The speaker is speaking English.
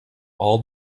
all